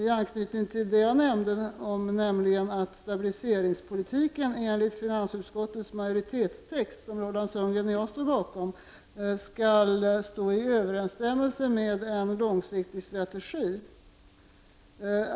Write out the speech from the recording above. I anknytning till det jag nämnde — nämligen att stabiliseringspolitiken enligt finansutskottets majoritetstext, som Roland Sundgren och jag står bakom, skall stå i överensstämmelse med en långsiktig strategi — vill jag gärna fråga honom om nästa steg.